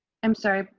i'm sorry,